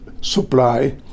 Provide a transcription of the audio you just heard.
supply